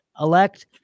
elect